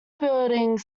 buildings